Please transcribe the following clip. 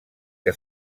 que